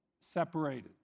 separated